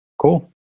Cool